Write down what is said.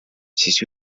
siis